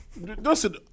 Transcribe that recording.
Listen